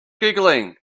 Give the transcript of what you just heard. giggling